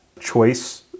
choice